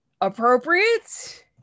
appropriate